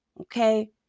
okay